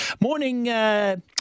Morning